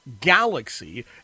galaxy